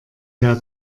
der